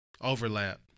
overlap